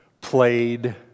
played